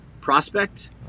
prospect